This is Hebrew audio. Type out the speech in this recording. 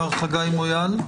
מר חגי מויאל,